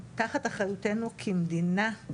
אבל כל המשרתים בו הם תחת אחריותנו כמדינה,